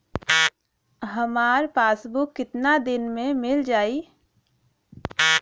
हमार पासबुक कितना दिन में मील जाई?